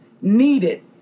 needed